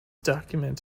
document